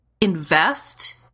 invest